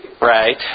Right